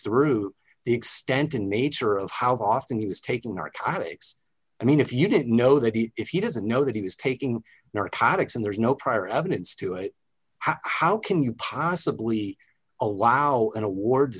through the extent in nature of how often he was taking narcotics i mean if you didn't know that he if he doesn't know that he was taking narcotics and there's no prior evidence to it how can you possibly allow an award to